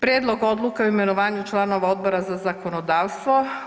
Prijedlog odluke o imenovanju članova Odbora za zakonodavstvo.